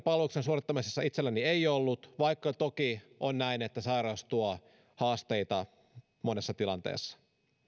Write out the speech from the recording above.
palveluksen suorittamisessa itselläni ei ollut vaikka toki on näin että sairaus tuo haasteita monessa tilanteessa